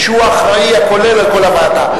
שהוא האחראי הכולל לכל הוועדה.